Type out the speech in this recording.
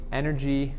energy